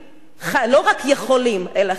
לא רק יכולים אלא חייבים,